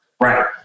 Right